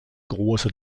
große